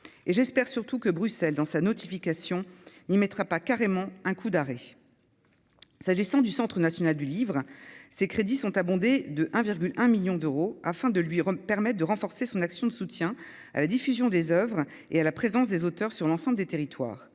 et j'espère surtout que Bruxelles dans sa notification n'y mettra pas carrément un coup d'arrêt, s'agissant du Centre national du livre, ces crédits sont abondés de 1 virgule 1 millions d'euros afin de lui Rom permettent de renforcer son action de soutien à la diffusion des Oeuvres et à la présence des auteurs sur l'ensemble des territoires